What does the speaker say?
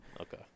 Okay